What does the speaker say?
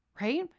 right